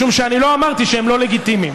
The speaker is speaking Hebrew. משום שאני לא אמרתי שהם לא לגיטימיים.